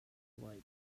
alike